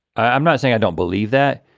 i'm not saying i don't believe that.